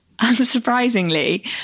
Unsurprisingly